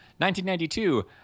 1992